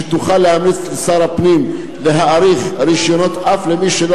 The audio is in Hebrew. שתוכל להמליץ לשר הפנים להאריך רשיונות אף למי שלא